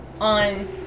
on